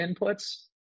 inputs